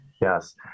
Yes